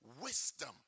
wisdom